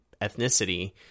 ethnicity